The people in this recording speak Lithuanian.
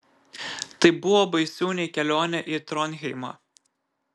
tai buvo baisiau nei kelionė į tronheimą